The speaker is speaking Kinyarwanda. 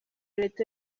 leta